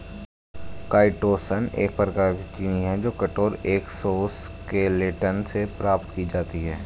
chitosan एक प्रकार की चीनी है जो कठोर एक्सोस्केलेटन से प्राप्त की जाती है